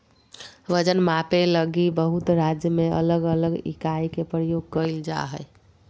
वजन मापे लगी बहुत राज्य में अलग अलग इकाई के प्रयोग कइल जा हइ